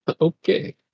Okay